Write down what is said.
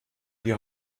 die